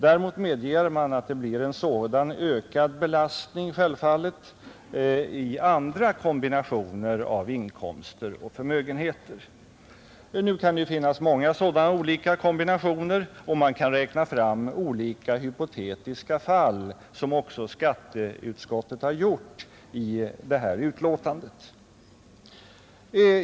Däremot medger man att det självfallet blir en sådan ökad belastning i andra kombinationer av inkomster och förmögenheter. Nu kan det ju finnas många sådana olika kombinationer, och man kan räkna fram olika hypotetiska fall, som också skatteutskottet har gjort i betänkandet.